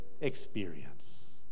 experience